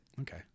Okay